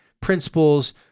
principles